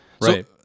Right